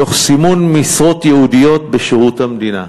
תוך סימון משרות ייעודיות בשירות המדינה,